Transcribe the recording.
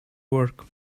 work